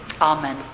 Amen